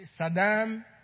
Saddam